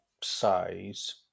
size